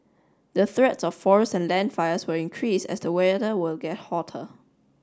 the threats of forest and land fires will increase as the weather will get hotter